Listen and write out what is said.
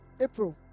April